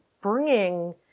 bringing